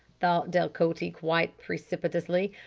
thought delcote quite precipitously,